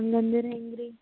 ಹಿಂಗೆ ಅಂದ್ರೆ ಹೆಂಗೆ ರೀ